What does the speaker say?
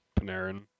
Panarin